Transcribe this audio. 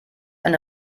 eine